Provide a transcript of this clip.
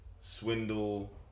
swindle